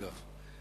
אגב.